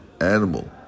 animal